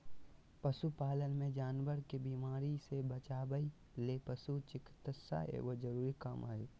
पशु पालन मे जानवर के बीमारी से बचावय ले पशु चिकित्सा एगो जरूरी काम हय